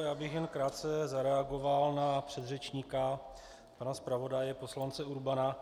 Jen bych krátce zareagoval na předřečníka, pana zpravodaje poslance Urbana.